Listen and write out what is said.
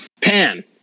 Pan